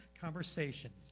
conversation